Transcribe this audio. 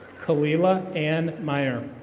colela ann myer.